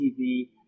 TV